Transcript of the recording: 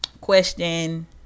question